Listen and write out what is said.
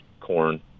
corn